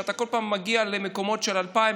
כשכל פעם אתה מגיע למקומות 2,000,